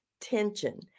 tension